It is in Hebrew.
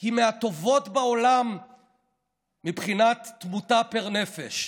היא מהטובות בעולם מבחינת תמותה פר נפש,